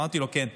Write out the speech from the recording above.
אמרתי לו: כן.